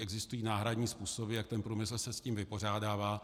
Existují náhradní způsoby, jak se průmysl s tím vypořádává.